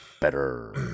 better